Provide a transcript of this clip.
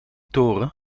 toren